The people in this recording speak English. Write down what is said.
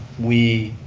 we,